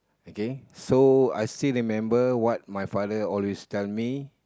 again so I still remember what my father always tell me